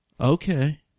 Okay